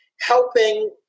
helping